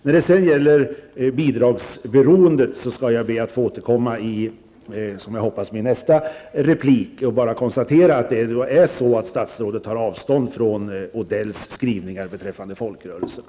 När det sedan gäller bidragsberoendet skall jag be att få återkomma, förhoppningsvis i min replik. Jag vill nu bara konstatera att statsrådet tar avstånd från Odells skrivningar beträffande folkrörelserna.